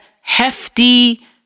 hefty